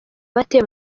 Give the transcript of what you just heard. bate